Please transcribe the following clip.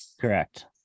Correct